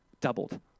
doubled